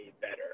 better